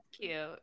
cute